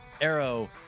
Arrow